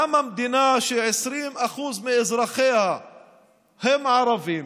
מדינה ש-20% מאזרחיה הם ערבים,